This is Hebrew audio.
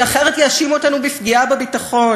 כי אחרת יאשימו אותנו בפגיעה בביטחון.